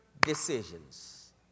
decisions